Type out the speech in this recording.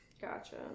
Gotcha